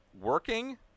working